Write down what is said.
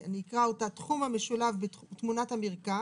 אני אקרא אותה: תחום המשולב בתמונת המרקע